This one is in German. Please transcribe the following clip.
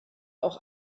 auch